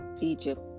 Egypt